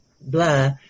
blah